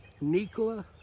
Nikola